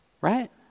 right